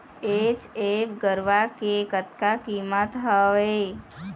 HF गरवा के कतका कीमत हवए?